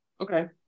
Okay